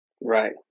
right